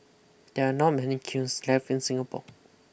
there are not many kilns left in Singapore